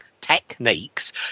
techniques